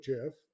Jeff